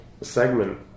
segment